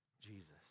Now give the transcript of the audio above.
Jesus